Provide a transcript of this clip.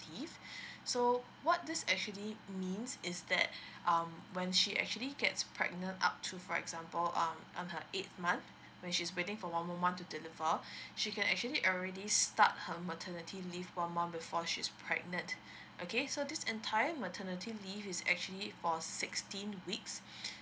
so what this actually means is that um when she actually gets pregnant up to for example um on a eight month which is waiting for one moment to deliver she can actually already start her maternity leave one month before she's pregnant okay so this entire maternity leave is actually for sixteen weeks